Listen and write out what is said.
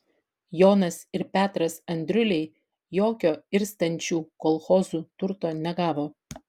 jonas ir petras andriuliai jokio irstančių kolchozų turto negavo